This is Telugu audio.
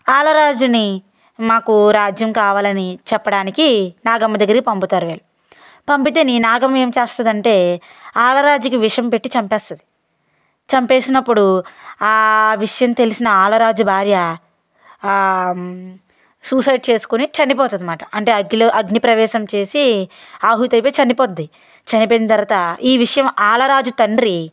ఆలరాజుని మాకు రాజ్యం కావాలని చెప్పడానికి నాగమ్మ దగ్గరికి పంపుతారు వీళ్ళు పంపితే ఈ నాగమ్మ ఏం చేస్తుందంటే ఆలరాజుకి విషం పెట్టి చంపేస్తుంది చంపేసినప్పుడు ఆ విషయం తెలిసిన ఆలరాజు భార్య సూసైడ్ చేసుకుని చనిపోతుందనమాట అంటే అగ్గిలో అగ్ని ప్రవేశం చేసి ఆహుతి అయిపోయి చనిపోద్ది చనిపోయిన తర్వాత ఈ విషయం ఆలరాజు తండ్రి